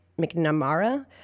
McNamara